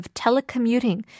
telecommuting